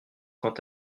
quant